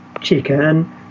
chicken